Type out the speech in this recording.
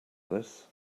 this